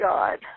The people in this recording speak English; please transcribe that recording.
God